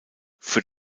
für